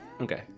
Okay